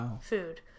food